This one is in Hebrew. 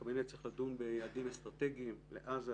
הקבינט צריך לדון ביעדים אסטרטגיים לעזה,